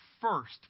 first